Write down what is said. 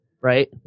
Right